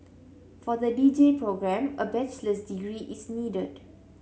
for the D J programme a bachelor's degree is needed